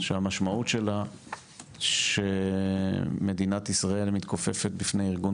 שהמשמעות שלה שמדינת ישראל מתכופפת בפני ארגון